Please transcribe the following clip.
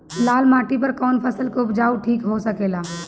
लाल माटी पर कौन फसल के उपजाव ठीक हो सकेला?